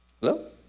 Hello